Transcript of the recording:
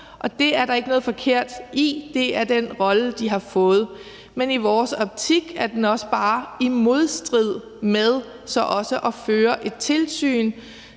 og det er der ikke noget forkert i. Det er den rolle, de har fået. Men i vores optik er den bare i modstrid med også at føre tilsyn